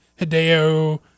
Hideo